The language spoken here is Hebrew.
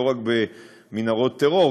לא רק במנהרות טרור,